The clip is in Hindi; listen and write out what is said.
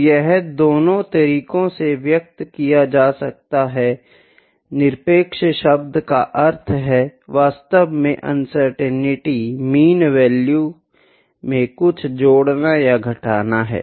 तो यह दोनों तरीकों से व्यक्त किया जा सकता है निरपेक्ष शब्द का अर्थ है वास्तव में अनसर्टेनिटी मीन वैल्यू में कुछ जोड़ना या घटाना है